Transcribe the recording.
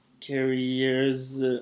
carriers